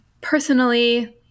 personally